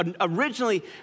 Originally